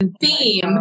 theme